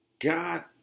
God